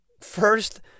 first